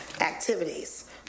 activities